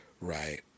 Right